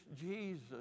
Jesus